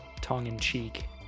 tongue-in-cheek